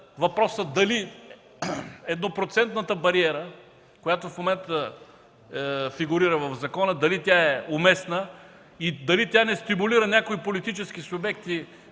въпросът дали еднопроцентната бариера, която в момента фигурира в закона, е уместна и дали тя не стимулира някои политически субекти,